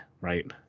right